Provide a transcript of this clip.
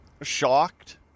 shocked